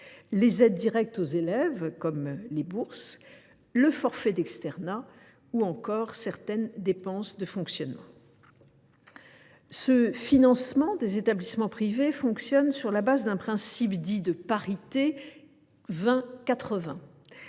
les aides directes aux élèves, comme les bourses et le forfait d’externat, ou encore certaines dépenses de fonctionnement. Le financement des établissements privés fonctionne selon un principe de parité dit «